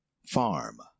Farm